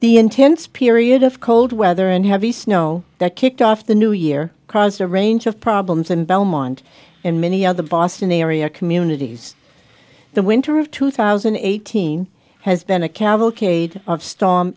the intense period of cold weather and heavy snow that kicked off the new year caused a range of problems in belmont and many other boston area communities the winter of two thousand and eighteen has been a cavalcade of storm